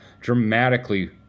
dramatically